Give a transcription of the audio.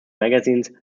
magazines